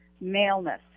maleness